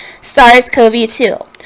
SARS-CoV-2